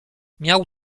miał